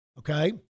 Okay